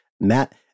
Matt